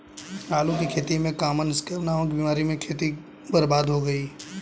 आलू की खेती में कॉमन स्कैब नामक बीमारी से मेरी खेती बर्बाद हो गई